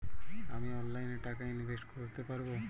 আমি অনলাইনে টাকা ইনভেস্ট করতে পারবো?